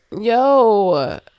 yo